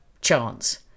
chance